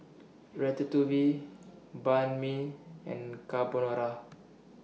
Ratatouille Banh MI and Carbonara